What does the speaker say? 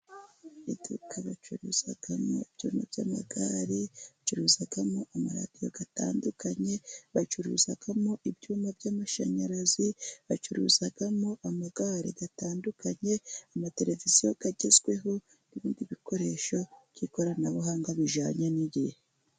Iduka bacuruzamo ibyuma by'amagare, bacuruzamo amaradiyo, atandukanye, bacuruzamo ibyuma by'amashanyarazi, bacuruzamo amagare atandukanye, amateleviziyo kagezweho, n'ibindi bikoresho by'ikoranabuhanga bijyanye n'igihe.